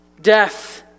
death